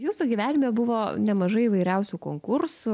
jūsų gyvenime buvo nemažai įvairiausių konkursų